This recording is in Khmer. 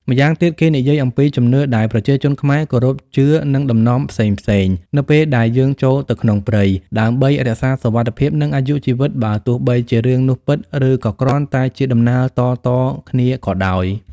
ម្យ៉ាងទៀត គេនិយាយអំពី ជំនឿដែលប្រជាជនខ្មែរ គោរព ជឿ និងតំណមផ្សេងៗ នៅពេលដែលយើងចូលទៅក្នុងព្រៃ ដើម្បីរក្សាសុវត្តិភាព និងអាយុជីវិតបើទោះបីជារឿងនោះពិត ឫក៏គ្រាន់តែជាតំណាលតៗគ្នាក៏ដោយ។